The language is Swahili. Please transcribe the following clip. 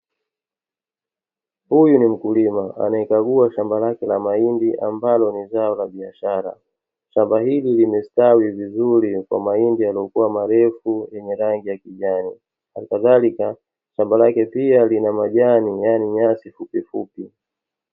Huyu ni mkulima anayekagua shamba lake la mahindi ambalo ni zao la biashara. Shamba hili limestawi vizuri kwa mahindi yaliyokuwa marefu yenye rangi ya kijani. Hali kadhalika shamba lake pia lina majani, yaani nyasi fupifupi.